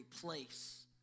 place